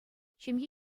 ҫемье